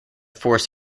force